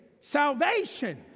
salvation